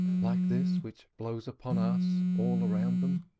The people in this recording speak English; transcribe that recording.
like this which blows upon us, all around them.